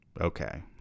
Okay